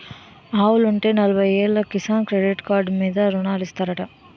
ఆవులుంటే నలబయ్యేలు Kisan credit card మీద రుణాలిత్తనారంటా